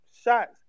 shots